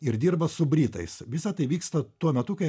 ir dirba su britais visa tai vyksta tuo metu kai